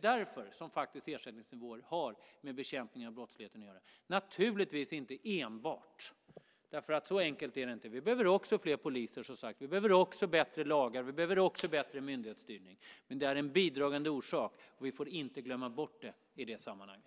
Därför har också ersättningsnivåerna med bekämpningen av brottsligheten att göra, även om det naturligtvis inte bara handlar om det. Så enkelt är det ju inte. Vi behöver också, som sagt, fler poliser. Vi behöver bättre lagar och bättre myndighetsstyrning. De är emellertid en bidragande orsak som vi inte får glömma bort i sammanhanget.